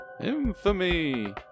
Infamy